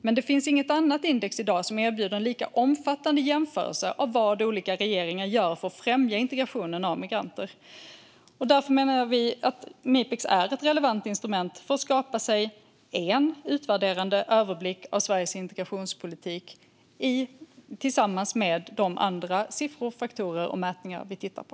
Men det finns i dag inget annat index som erbjuder en lika omfattande jämförelse av vad olika regeringar gör för att främja integrationen av migranter. Därför menar vi att Mipex är ett relevant instrument för att skapa sig en utvärderande överblick över Sveriges integrationspolitik, tillsammans med de andra siffror, faktorer och mätningar vi tittar på.